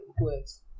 words